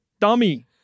Dummy